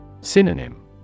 Synonym